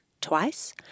twice